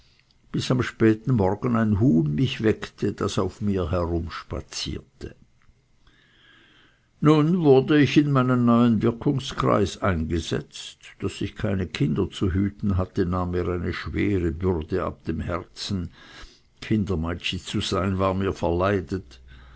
bis am späten morgen ein huhn mich weckte das auf mir herumspazierte nun wurde ich in meinen neuen wirkungskreis eingesetzt daß ich keine kinder zu hüten hatte nahm mir eine schwere bürde ab dem herzen kindermeitschi zu sein war mir verleidet